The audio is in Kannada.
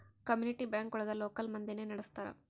ಕಮ್ಯುನಿಟಿ ಬ್ಯಾಂಕ್ ಒಳಗ ಲೋಕಲ್ ಮಂದಿನೆ ನಡ್ಸ್ತರ